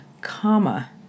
comma